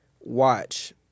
watch